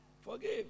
Forgive